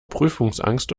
prüfungsangst